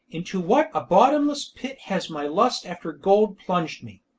into what a bottomless pit has my lust after gold plunged me.